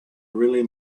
really